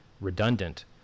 redundant